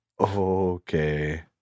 Okay